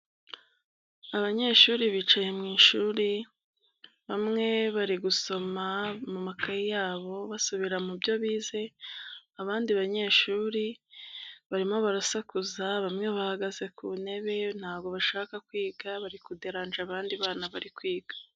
Abanyeshuri bicaye mu ishuri, bamwe bari gusoma mu makaye yabo basubira mu byo bize, abandi banyeshuri, barimo barasakuza, bamwe bahagaze ku ntebe, ntago bashaka kwiga, bari kuderananja abandi bana bari kwiga.